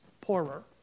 poorer